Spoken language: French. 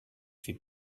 fait